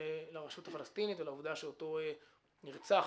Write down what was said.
לרשות הפלסטינית ולעובדה שאותו נרצח